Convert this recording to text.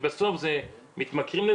של מכירה לקטינים,